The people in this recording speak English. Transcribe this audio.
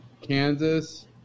Kansas